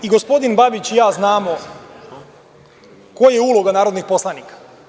I gospodin Babić i ja znamo koja je uloga narodnih poslanika.